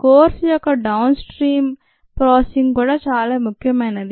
course యొక్క downstream processing కూడా చాలా ముఖ్యమైనది